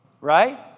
right